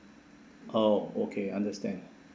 oh okay understand